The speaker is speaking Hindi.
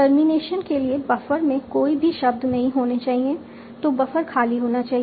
टर्मिनेशन के लिए बफर में कोई भी शब्द नहीं होने चाहिए तो बफर खाली होना चाहिए